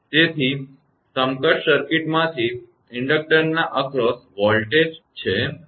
તેથી સમકક્ષ સર્કિટમાંથી ઇન્ડક્ટરના acrossસમગ્ર વોલ્ટેજ છે